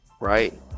Right